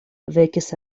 vekis